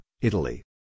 Italy